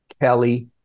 Kelly